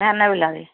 ଧାନ ବିଲରେ